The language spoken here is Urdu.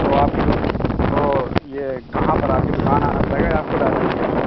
تو آپ کی تو یہ کہاں پر آپ کی دکان آنا پڑے گا یا آپ خود آجائیں گے گھر